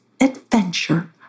adventure